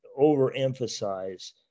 overemphasize